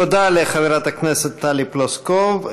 תודה לחברת הכנסת טלי פלוסקוב.